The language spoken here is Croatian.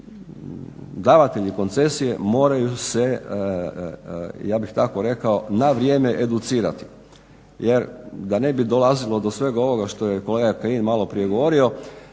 koji davatelji koncesije moraju se ja bih tako rekao na vrijeme educirati, jer da ne bi dolazilo do svega ovoga što je kolega Kajin maloprije govorio